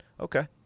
okay